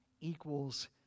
equals